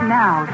now